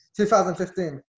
2015